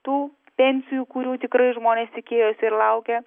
tų pensijų kurių tikrai žmonės tikėjosi ir laukė